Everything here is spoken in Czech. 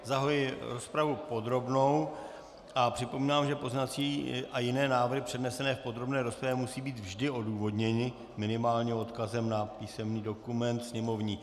Zahajuji rozpravu podrobnou a připomínám, že pozměňovací a jiné návrhy přednesené v podrobné rozpravě musí být vždy odůvodněny minimálně odkazem na písemný dokument sněmovní.